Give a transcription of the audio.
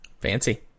Fancy